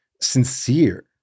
sincere